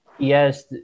Yes